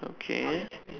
okay